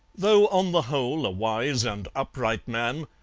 though, on the whole, a wise and upright man,